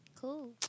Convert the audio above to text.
Cool